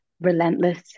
relentless